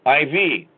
IV